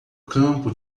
campo